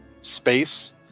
space